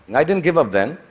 and i didn't give up then.